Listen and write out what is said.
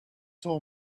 soul